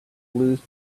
lose